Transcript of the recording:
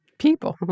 people